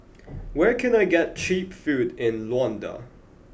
where can I get cheap food in Luanda